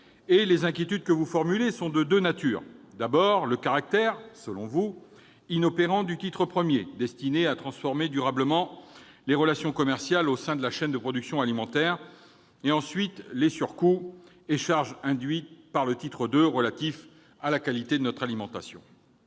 Les inquiétudes que vous formulez sont de deux natures : il y a d'abord le caractère selon vous inopérant du titre I, destiné à transformer durablement les relations commerciales au sein de la chaîne de production alimentaire ; il y a ensuite les surcoûts et charges induits par le titre II relatif à la qualité de notre alimentation.